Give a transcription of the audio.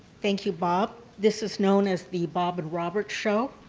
thank you, bob. this is known as the bob and robert show.